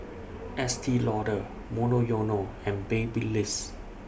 Estee Lauder Monoyono and Babyliss